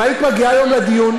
אם היית מגיעה היום לדיון,